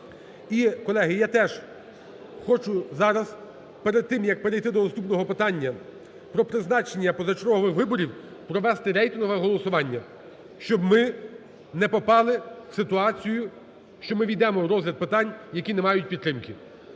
І, колеги, я теж хочу зараз перед тим як перейти до наступного призначення, про призначення позачергових виборів, провести рейтингове голосування. Щоб ми не попали в ситуацію, що ми ввійдемо в розгляд питань, які не мають підтримки.